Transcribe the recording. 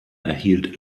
erhielt